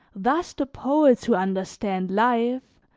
thus the poets who understand life,